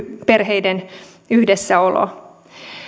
perheiden yhdessäolo